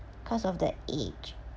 cause of the age